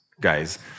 guys